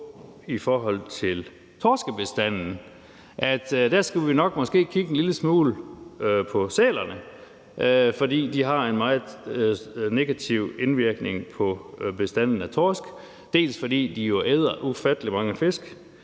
i forhold til torskebestanden skal vi nok måske kigge en lille smule på sælerne, for de har en meget negativ indvirkning på bestanden af torsk. De æder ufattelig mange fisk,